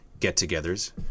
Get-togethers